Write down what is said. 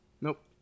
nope